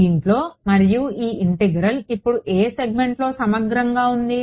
దీంట్లో మరియు ఈ ఇంటిగ్రల్ ఇప్పుడు ఏ సెగ్మెంట్లో సమగ్రంగా ఉంది